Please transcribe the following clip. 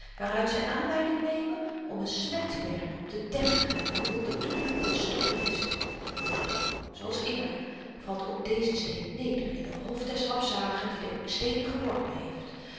waaruit zy aanleiding nemen om een smet te werpen op de deftigheid van multatuli den stoffelist doch zooals immer valt ook deze steen neder in den hof des rampzaligen die den steen geworpen heeft